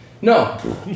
no